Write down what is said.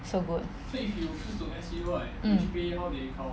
so good mm